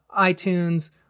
iTunes